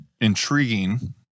intriguing